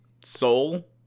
soul